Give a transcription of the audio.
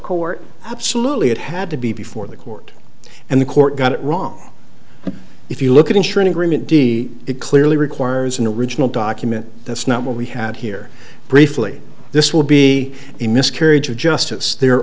court absolutely it had to be before the court and the court got it wrong and if you look at ensuring agreement d it clearly requires an original document that's not what we had here briefly this will be a miscarriage of justice there